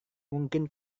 mungkin